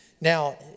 Now